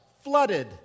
Flooded